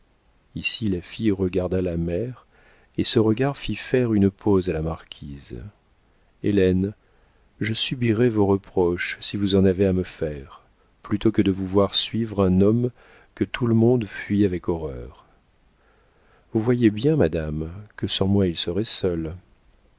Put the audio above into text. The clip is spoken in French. ici la fille regarda la mère et ce regard fit faire une pause à la marquise hélène je subirai vos reproches si vous en avez à me faire plutôt que de vous voir suivre un homme que tout le monde fuit avec horreur vous voyez bien madame que sans moi il serait seul